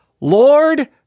Lord